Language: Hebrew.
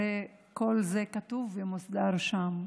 הרי כל זה כתוב ומוסדר שם.